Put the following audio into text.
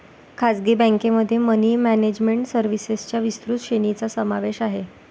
खासगी बँकेमध्ये money management सर्व्हिसेसच्या विस्तृत श्रेणीचा समावेश आहे